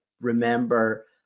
remember